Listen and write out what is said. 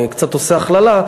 אני קצת עושה הכללה,